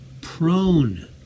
prone